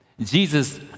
Jesus